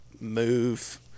move